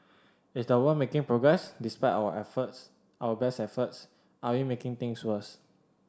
is the world making progress despite our efforts our best efforts are we making things worse